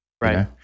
Right